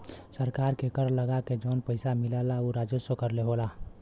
सरकार के कर लगा के जौन पइसा मिलला उ राजस्व कर होला